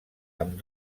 amb